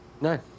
No